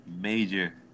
major